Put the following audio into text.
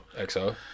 XO